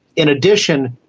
in addition,